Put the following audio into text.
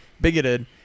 bigoted